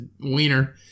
wiener